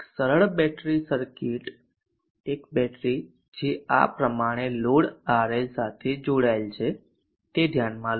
એક સરળ battery circuit એક બેટરી જે આ પ્રમાણે લોડ RL સાથે જોડાયેલ છે તે ધ્યાનમાં લો